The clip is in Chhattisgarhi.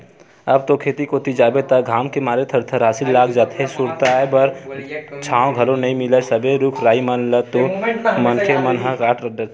अब तो खेत कोती जाबे त घाम के मारे थरथरासी लाग जाथे, सुरताय बर छांव घलो नइ मिलय सबे रुख राई मन ल तो मनखे मन ह काट डरथे